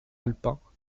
alpins